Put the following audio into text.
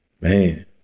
Man